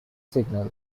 signal